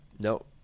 No